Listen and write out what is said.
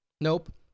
Nope